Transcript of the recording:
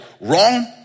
wrong